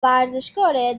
ورزشکاره